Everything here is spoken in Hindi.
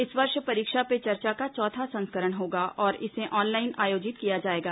इस वर्ष परीक्षा पे चर्चा का चौथा संस्करण होगा और इसे ऑनलाइन आयोजित किया जाएगा